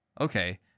okay